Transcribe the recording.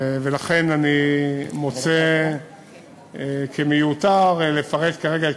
ולכן אני מוצא שזה מיותר לפרט כרגע את